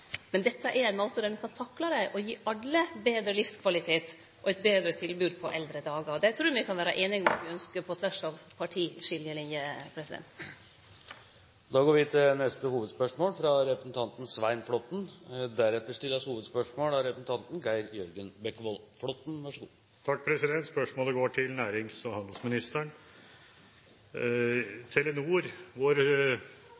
å gi alle betre livskvalitet og eit betre tilbod på eldre dagar. Det trur eg me kan vere einige om at me ynskjer, på tvers av partiskiljelinjer. Vi går til neste hovedspørsmål. Spørsmålet går til